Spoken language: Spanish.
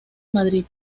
madrid